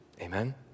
amen